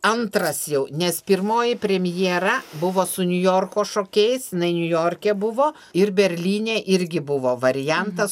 antras jau nes pirmoji premjera buvo su niujorko šokiais jinai niujorke buvo ir berlyne irgi buvo variantas